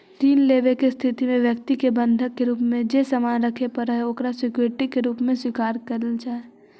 ऋण लेवे के स्थिति में व्यक्ति के बंधक के रूप में जे सामान रखे पड़ऽ हइ ओकरा सिक्योरिटी के रूप में स्वीकारल जा हइ